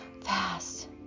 fast